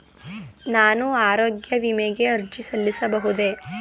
ನಾನು ಆರೋಗ್ಯ ವಿಮೆಗೆ ಅರ್ಜಿ ಸಲ್ಲಿಸಬಹುದೇ?